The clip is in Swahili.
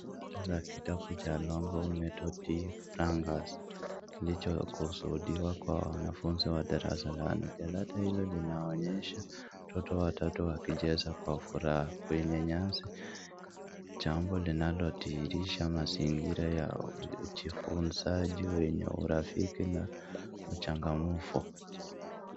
Kitabu cha Longhorn Methode de Francais kilichokusudiwa kwa wanafunzi wa darasa la nne. Jalada hilo linaonyesha watoto watatu wakicheza kwa furaha, kwenye nyasi jambo linalodihirisha mazingira ya ujifunzaji wenye urafiki na uchangamfu.